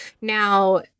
Now